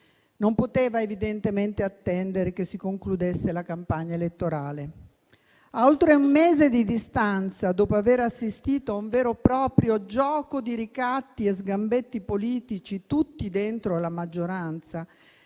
non poteva attendere che si concludesse la campagna elettorale. A oltre un mese di distanza, dopo aver assistito a un vero e proprio gioco di ricatti e sgambetti politici tutti dentro la maggioranza,